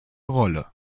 rolle